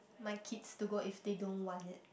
my kids to go if they don't want it